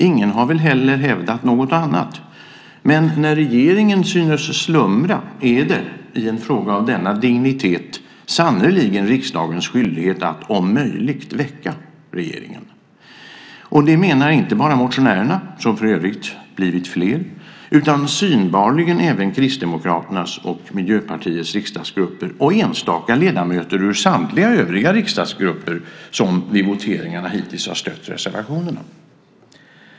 Ingen har väl heller hävdat något annat. Men när regeringen synes slumra är det, i en fråga av denna dignitet, sannerligen riksdagens skyldighet att om möjligt, väcka regeringen. Det menar inte bara motionärerna, som för övrigt blivit fler, utan synbarligen även Kristdemokraternas och Miljöpartiets riksdagsgrupper och enstaka ledamöter ur samtliga övriga riksdagsgrupper som vid voteringarna hittills har stött reservationerna.